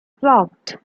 blocked